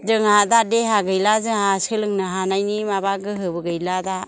जोंहा दा देहा गैला जोंहा सोलोंनो हानायनि माबा गोहोबो गैला दा